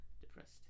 depressed